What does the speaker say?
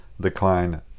decline